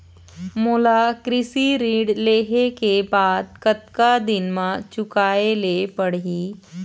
मोला कृषि ऋण लेहे के बाद कतका दिन मा चुकाए ले पड़ही?